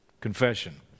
confession